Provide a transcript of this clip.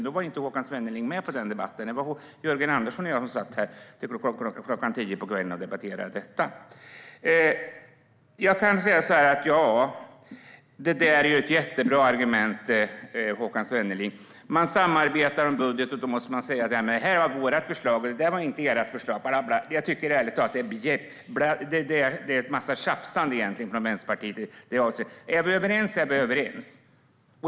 Håkan Svenneling var inte med i den debatten, utan det var Jörgen Andersson från Moderaterna och jag som satt här till klockan tio på kvällen och debatterade detta. Jag kan säga så här: Det där är ett jättebra argument, Håkan Svenneling. Man samarbetar om budget, och då måste man säga att det här var vårt förslag och det där var inte ert förslag - bla bla. Jag tycker ärligt talat att det är bjäbb och en massa tjafsande från Vänsterpartiet i det avseendet. Är vi överens så är vi överens!